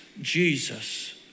Jesus